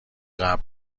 قبل